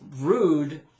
rude